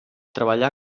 treballà